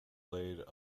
laid